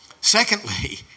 Secondly